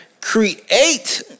create